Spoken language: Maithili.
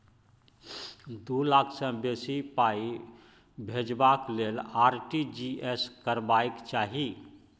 दु लाख सँ बेसी पाइ भेजबाक लेल आर.टी.जी एस करबाक चाही